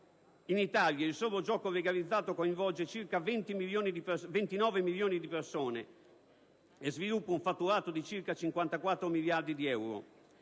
In Italia, il solo gioco legalizzato coinvolge circa 29 milioni di persone e sviluppa un fatturato di circa 54 miliardi di euro;